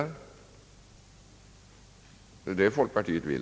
Är det det som folkpartiet vill?